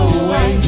away